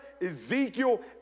Ezekiel